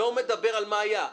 אני לא מדבר על מה היה.